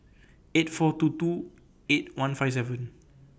eight four two two eight one five seven